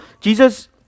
Jesus